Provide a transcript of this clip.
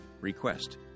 Request